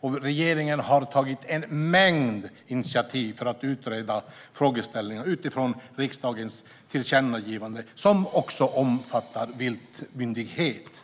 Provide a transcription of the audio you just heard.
Regeringen har tagit en mängd initiativ för att utreda frågeställningar utifrån riksdagens tillkännagivande, som också omfattar viltmyndigheten.